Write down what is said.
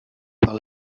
par